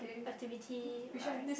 activity right